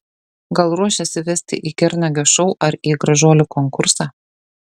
gal ruošiasi vesti į kernagio šou ar į gražuolių konkursą